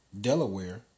Delaware